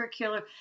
curricular